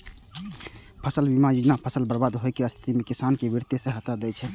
फसल बीमा योजना फसल बर्बाद होइ के स्थिति मे किसान कें वित्तीय सहायता दै छै